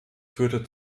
führte